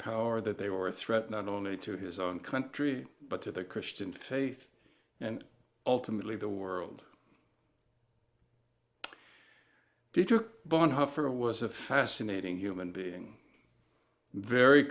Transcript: power that they were a threat not only to his own country but to the christian faith and ultimately the world dietrich bonhoeffer was a fascinating human being very